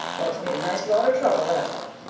well, it's made a nice lot of trouble, that's what.